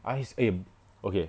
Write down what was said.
ice eh okay